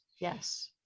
Yes